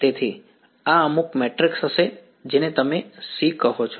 તેથી આ અમુક મેટ્રિક્સ હશે જેને તમે C કહો છો